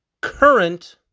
current